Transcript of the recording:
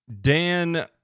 Dan